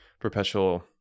perpetual